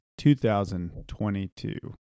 2022